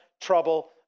trouble